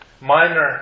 minor